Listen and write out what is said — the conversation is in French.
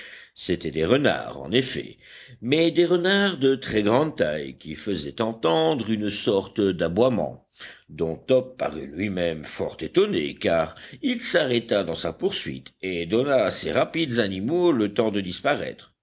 c'étaient des renards en effet mais des renards de très grande taille qui faisaient entendre une sorte d'aboiement dont top parut lui-même fort étonné car il s'arrêta dans sa poursuite et donna à ces rapides animaux le temps de disparaître